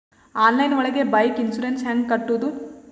Online ಒಳಗೆ bike insurance ಹ್ಯಾಂಗ್ ಕಟ್ಟುದು?